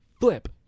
flip